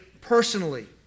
personally